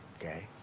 okay